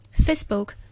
Facebook